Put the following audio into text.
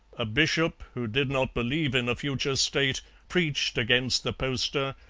a bishop who did not believe in a future state preached against the poster,